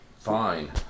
Fine